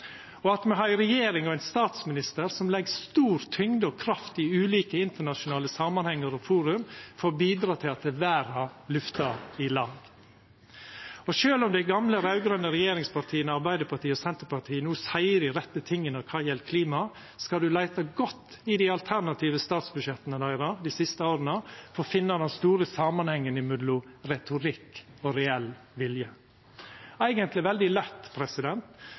for at me har ei regjering og ein statsminister som legg stor tyngd og kraft i ulike internasjonale samanhengar og forum for å bidra til at verda lyftar i lag. Og sjølv om dei gamle raud-grøne regjeringspartia – Arbeidarpartiet og Senterpartiet – no seier dei rette tinga når det gjeld klima, skal ein leita godt i dei alternative statsbudsjetta deira dei siste åra for å finna den store samanhengen mellom retorikk og reell vilje. Det er eigentleg veldig